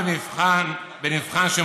בבקשה, אדוני סגן השר, תמשיך.